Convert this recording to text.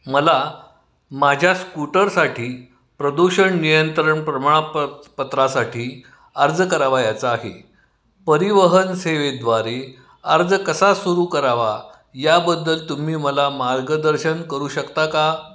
मला माझ्या स्कूटरसाठी प्रदूषण नियंत्रण प्रमाणापत पत्रासाठी अर्ज करावयाचा आहे परिवहन सेवेद्वारे अर्ज कसा सुरू करावा याबद्दल तुम्ही मला मार्गदर्शन करू शकता का